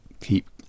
keep